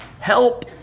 help